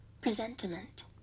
Presentiment